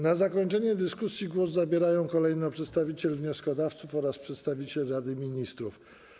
Na zakończenie dyskusji głos zabierają kolejno przedstawiciel wnioskodawców oraz przedstawiciel Rady Ministrów.